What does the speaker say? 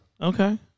Okay